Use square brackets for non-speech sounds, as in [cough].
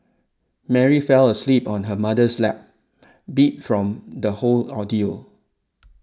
Mary fell asleep on her mother's lap [noise] beat from the whole ordeal